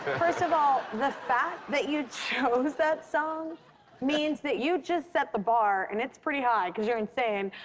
first of all, the fact that you chose that song means that you just set the bar, and it's pretty high, cause you're insane.